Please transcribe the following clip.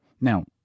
Now